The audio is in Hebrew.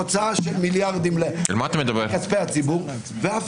הוצאה של מיליארדים מכספי הציבור ואף